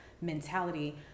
mentality